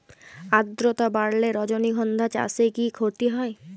আদ্রর্তা বাড়লে রজনীগন্ধা চাষে কি ক্ষতি হয়?